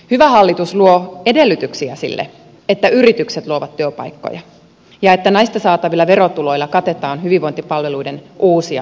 hyvä hallitus luo edellytyksiä sille että yritykset luovat työpaikkoja ja että näistä saatavilla verotuloilla katetaan hyvinvointipalveluiden uusia työpaikkoja